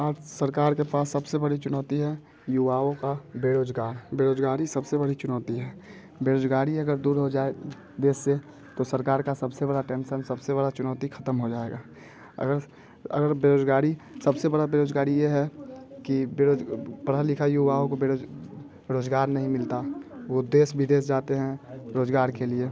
आज सरकार के पास सबसे बड़ी चुनौती है युवाओं का बेरोजगार बेरोजगारी सबसे बड़ी चुनौती है बेरोजगारी अगर दूर हो जाए देश से तो सरकार का सबसे बड़ा टेंशन सबसे बड़ा चुनौती खत्म हो जाएगा अगर बेरोजगारी सबसे बड़ा बेरोजगारी ये है कि पढ़ा लिखा युवाओं को रोजगार नहीं मिलता वो देश विदेश जाते हैं रोजगार के लिए